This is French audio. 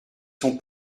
son